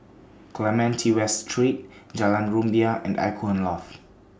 Clementi West Street Jalan Rumbia and Icon Loft